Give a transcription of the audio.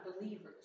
believers